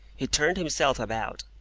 he turned himself about,